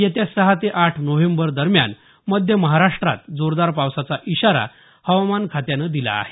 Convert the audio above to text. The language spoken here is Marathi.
येत्या सहा ते आठ नोव्हेंबर दरम्यान मध्य महाराष्ट्रात जोरदार पावसाचा इशारा हवामान खात्यानं दिला आहे